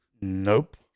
Nope